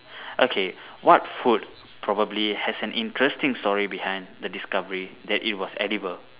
okay what food probably has an interesting story behind the discovery that it was edible